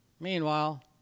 Meanwhile